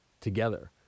together